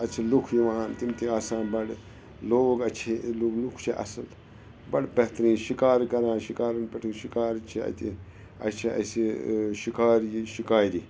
اَتہِ چھِ لُکھ یِوان تِم تہِ آسان بَڑٕ لوگ اچھے لُکھ چھِ اَصٕل بَڑٕ بہتریٖن شِکارِ کَران شِکارٮ۪ن پٮ۪ٹھ یِم شِکار چھِ اَتہِ اَسہِ چھِ اَسہِ شِکارِ یہِ شِکارِ